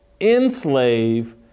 enslave